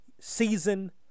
season